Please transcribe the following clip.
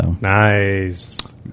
Nice